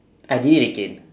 I did it again